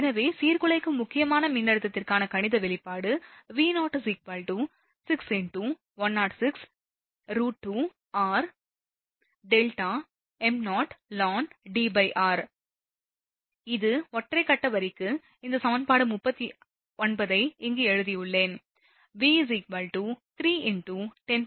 எனவே சீர்குலைக்கும் முக்கியமான மின்னழுத்தத்திற்கான கணித வெளிப்பாடு V0 6 × 106 √2rδm0 ln Dr இது ஒற்றை கட்ட வரிக்கு இந்த சமன்பாடு 39 ஐ இங்கு எழுதியுள்ளேன்